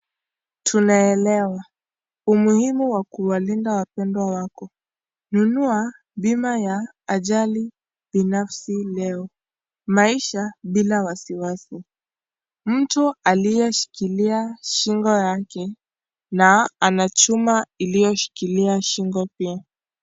Tunaelewa; umuhimu wa kuwalinda wapendwa wako. Nunua bima ya ajali binafsi leo, maisha bila wasiwasi. Mtu aliyeshikilia shingo yake, na ana chuma iliyoshikilia shingo pia.